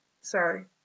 Sorry